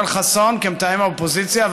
יואל חסון כמתאם האופוזיציה,